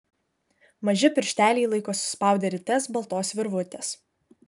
maži piršteliai laiko suspaudę rites baltos virvutės